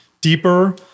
deeper